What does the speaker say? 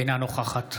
אינה נוכחת